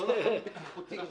נכון בטיחותית.